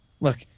Look